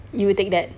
you will take that